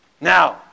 Now